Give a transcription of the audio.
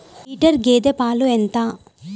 Litre గేదె పాలు ఎంత?